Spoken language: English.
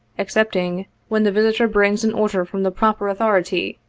excepting when the visitor brings an order from the proper authority,